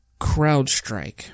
CrowdStrike